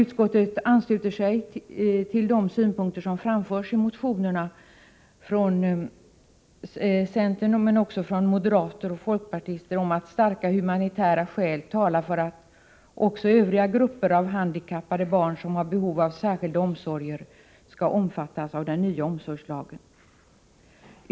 Vidare ansluter sig utskottet till de synpunkter som framförs i motionerna från centern och också från moderaterna och folkpartiet om att starka humanitära skäl talar för att också övriga grupper av handikappade barn som har behov av särskilda omsorger skall omfattas av den nya omsorgslagen.